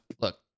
Look